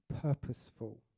purposeful